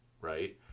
right